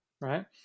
Right